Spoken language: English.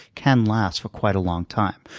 can last for quite a long time.